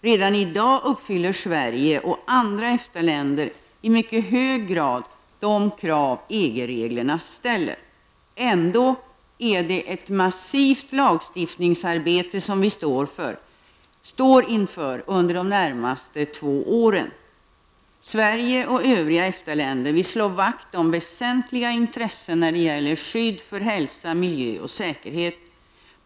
Redan i dag uppfyller Sverige och andra EFTA-länder i mycket hög grad de krav EG-reglerna ställer. Ändå är det ett massivt lagstiftningsarbete som vi står inför under de närmaste två åren. Sverige och övriga EFTA-länder vill slå vakt om väsentliga intressen när det gäller skydd för hälsa, miljö och säkerhet.